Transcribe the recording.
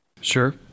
Sure